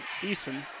Eason